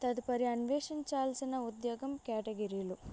తదుపరి అన్వేషించాల్సిన ఉద్యోగం క్యాటగిరీలు